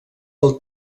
del